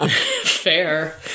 Fair